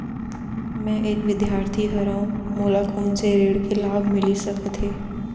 मैं एक विद्यार्थी हरव, मोला कोन से ऋण के लाभ मिलिस सकत हे?